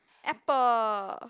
apple